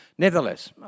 Nevertheless